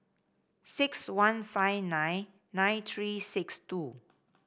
six one five nine nine three six two